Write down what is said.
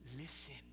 Listen